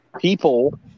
People